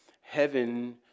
heaven